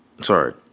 Sorry